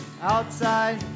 outside